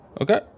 Okay